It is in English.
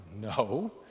No